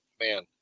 man